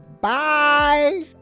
bye